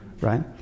right